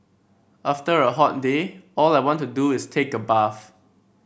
after a hot day all I want to do is take a bath